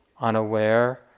unaware